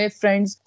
friends